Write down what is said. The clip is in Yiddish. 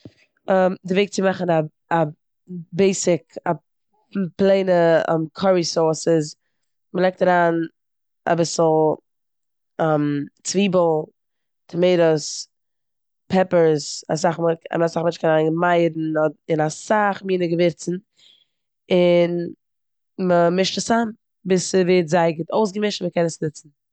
די וועג צו מאכן א- א בעיסיק- א פלעינע קארי סאוס איז מ'לייגט אריין אביסל צוויבל, טאמעיטאס, פעפפערס, אסאך מאל- און אסאך מענטשן קענען אריינלייגן מייערן אד- און אסאך מינע געווירצן און מ'מישט עס צאם ביז ס'ווערט זייער גוט אויסגעמישט מ'קען עס נוצן.